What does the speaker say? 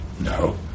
No